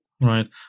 Right